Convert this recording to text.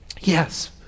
Yes